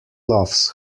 loves